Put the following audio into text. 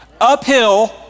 uphill